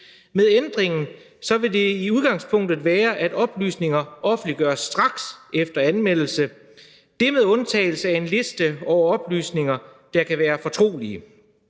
Med ændringen vil det i udgangspunktet være sådan, at oplysninger offentliggøres straks efter anmeldelse med undtagelse af en liste over oplysninger, der kan være fortrolige.